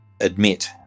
admit